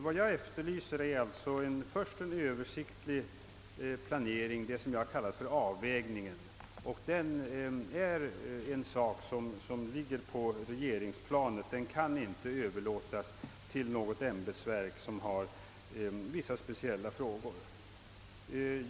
Vad jag efterlyser är alltså först en översiktlig planering — det jag kallat för avvägningen — och det är en uppgift som ligger på regeringsplanet. Den kan inte överlåtas till något ämbetsverk som endast har att handlägga vissa speciella frågor.